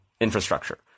infrastructure